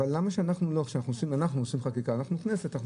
אנחנו עושים חקיקה, אנחנו כנסת.